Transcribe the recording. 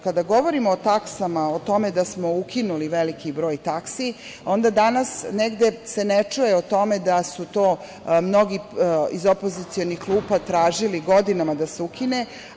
Kada govorimo o taksama, o tome da smo ukinuli veliki broj taksi, onda se danas negde ne čuje o tome da su to mnogi iz opozicionih klupa tražili godinama da se ukine.